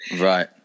Right